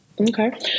Okay